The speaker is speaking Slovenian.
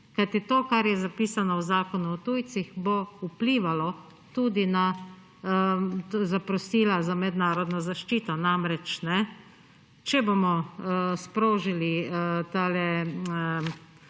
to, kar je zapisano v Zakonu o tujcih, bo vplivalo tudi na zaprosila za mednarodno zaščito. Namreč, če bomo sprožili ta